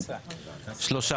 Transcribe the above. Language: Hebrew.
שלושה.